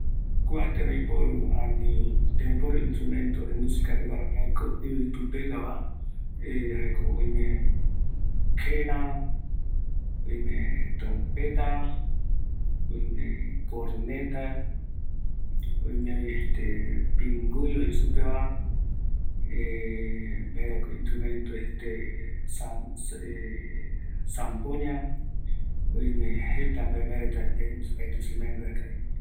Kuareta jaevi, quena, zampoña, pinguyo, satsofon, pin pin, flauta